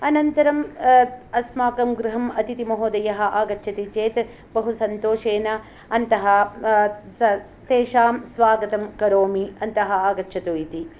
अनन्तरं अस्माकं गृहं अतितिमहोदयः आगच्छति चेत् बहुसन्तोषेन अन्तः स तेषां स्वागतं करोमि अन्तः आगच्छतु इति